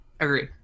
Agree